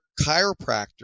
chiropractor